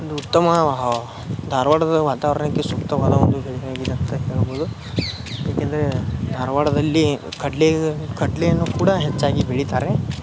ಒಂದು ಉತ್ತಮ ಧಾರವಾಡದ ವಾತಾವರಣಕ್ಕೆ ಸೂಕ್ತವಾದ ಒಂದು ಬೆಳೆಯಾಗಿದೆ ಅಂತ ಹೇಳ್ಬೋದು ಏಕೆಂದರೆ ಧಾರವಾದಲ್ಲಿ ಕಡಲೆ ಕಡಲೆಯನ್ನು ಕೂಡ ಹೆಚ್ಚಾಗಿ ಬೆಳಿತಾರೆ